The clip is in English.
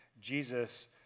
Jesus